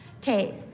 tape